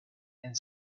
and